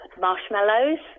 marshmallows